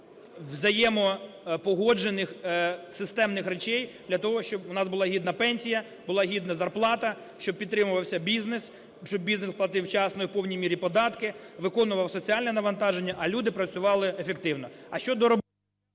взаємопогоджених системних речей, для того щоб у нас була гідна пенсія, була гідна зарплата, щоб підтримувався бізнес, щоб бізнес платив вчасно і в повній мірі податки, виконував соціальне навантаження, а люди працювали ефективно.